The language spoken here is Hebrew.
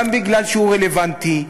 גם בגלל שהוא רלוונטי,